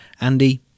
Andy